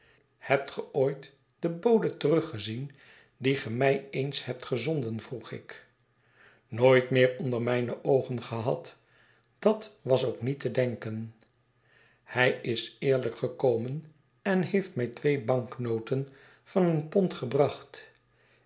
hebt ge ooit den bode teruggezien dien ge mij eens hebt gezonden vroeg ik nooit meer onder mijne oogen gehad dat was ook niet te denken hij is eerlijk gekomen en heeft mij twee banknoten van een pond gebracht